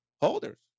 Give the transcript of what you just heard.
holders